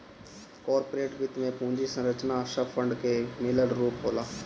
corporate वित्त में पूंजी संरचना सब फंड के मिलल रूप होला